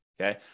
okay